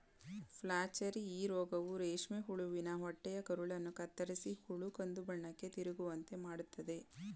flacherie ಈ ರೋಗವು ರೇಷ್ಮೆ ಹುಳುವಿನ ಹೊಟ್ಟೆಯ ಕರುಳನ್ನು ಕತ್ತರಿಸಿ ಹುಳು ಕಂದುಬಣ್ಣಕ್ಕೆ ತಿರುಗುವಂತೆ ಮಾಡತ್ತದೆ